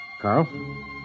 Carl